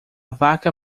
vaca